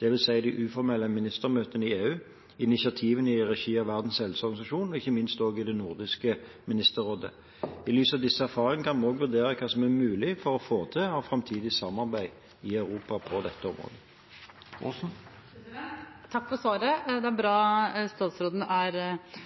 dvs. i uformelle ministermøter i EU, initiativ i regi av Verdens helseorganisasjon og ikke minst i Nordisk ministerråd. I lys av disse erfaringene kan vi vurdere hva som er mulig å få til av framtidig samarbeid på dette området i Europa. Takk for svaret. Det er bra